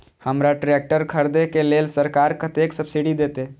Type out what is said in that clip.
हमरा ट्रैक्टर खरदे के लेल सरकार कतेक सब्सीडी देते?